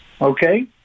okay